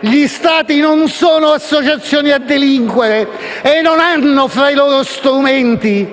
Gli Stati non sono associazioni a delinquere e non hanno, tra i loro strumenti,